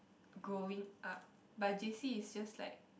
growing up but j_c is just like